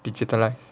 digitalise